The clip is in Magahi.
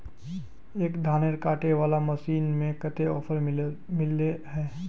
एक धानेर कांटे वाला मशीन में कते ऑफर मिले है?